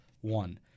One